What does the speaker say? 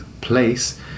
place